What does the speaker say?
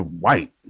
white